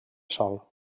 sòl